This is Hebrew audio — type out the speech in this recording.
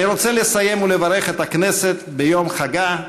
אני רוצה לסיים ולברך את הכנסת ביום חגה,